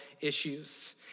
issues